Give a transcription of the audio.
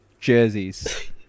jerseys